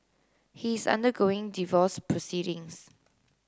he is undergoing divorce proceedings